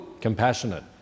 compassionate